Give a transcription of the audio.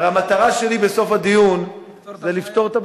הרי המטרה שלי בסוף הדיון היא לפתור את הבעיה.